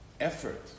effort